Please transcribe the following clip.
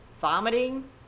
vomiting